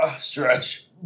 stretch